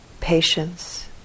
patience